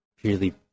purely